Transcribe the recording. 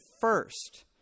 first